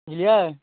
बुझलियै